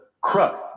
crux